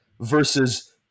versus